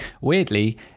weirdly